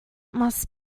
must